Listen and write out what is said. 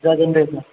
जागोन दे